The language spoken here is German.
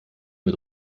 mit